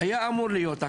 היה אמור להיות,